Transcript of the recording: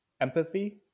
empathy